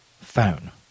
phone